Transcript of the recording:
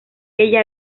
ella